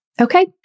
Okay